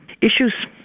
issues